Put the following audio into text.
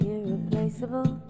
Irreplaceable